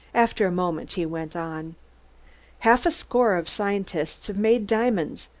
after a moment he went on half a score of scientists have made diamonds,